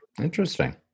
Interesting